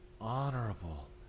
honorable